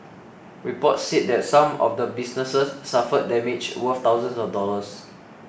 reports said that some of the businesses suffered damage worth thousands of dollars